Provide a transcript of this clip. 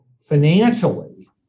financially